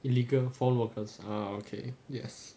illegal foreign workers ah okay yes